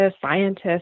scientists